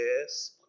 Yes